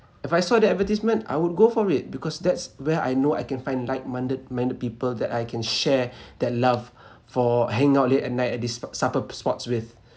if I saw that advertisement I would go for it because that's where I know I can find like minded minded people that I can share that love for hang out late at night at this sp~ supper spots with